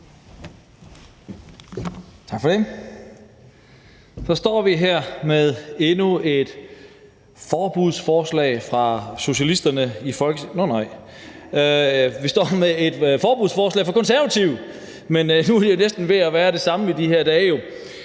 Tak for det. Så står vi her med endnu et forbudsforslag fra socialisterne i Folketinget – nå nej, vi står med et forbudsforslag fra Konservative. Men det er jo næsten ved at være det samme i de her dage.